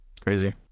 crazy